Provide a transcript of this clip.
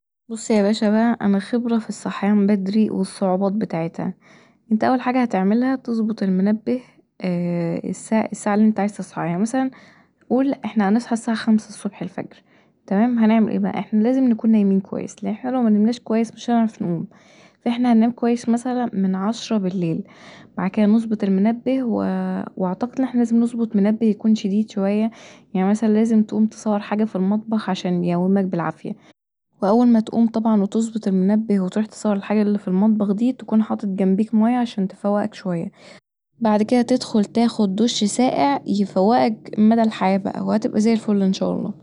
بص بقي يا باشا انا خبره في الصحيان بدري والصعوبات بتاعتها، انت أول حاجه هتظبط المنبه الساعه اللي انت عايز تصحاها يعني مثلاقول احنا هنصحي الساعه خمسه ونص الفجر تمام، هنعمل ايه بقي احنا لازم نكون نايمين كويس لان احنا لو منمناش كويس مش هنعرف نقوم، فأحنا هننام كويس من عشره بليل، بعد كدا نظبط المنبه واعتقد ان احنا لازم نظبط منبه يكون شديد شوية يعني مثلا لازم تقوم تصور حاجه في المطبخ عشان يقومك بالعافيه فأول ما تقوم طبعا وتظبط المنبه وتررح تصور الحاجات اللي في المطبخ دية تكون حاطط جنبيك مية عشان تفوقك شويه بعد كدا تدخل تاخد دش ساقع يفوقك مدي الحياة بقي وهتبقي زي الفل إن شاء الله